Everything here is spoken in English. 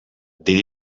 did